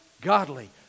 godly